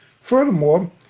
Furthermore